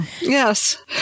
Yes